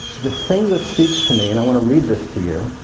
the thing that speaks to me and i want to read this to you,